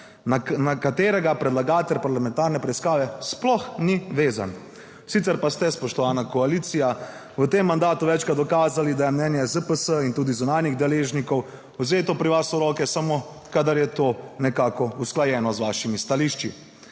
na katerega predlagatelj parlamentarne preiskave sploh ni vezan. Sicer pa ste, spoštovana koalicija, v tem mandatu večkrat dokazali, da je mnenje ZPS in tudi zunanjih deležnikov vzeto pri vas v roke samo, kadar je to nekako usklajeno z vašimi stališči.